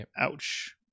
Ouch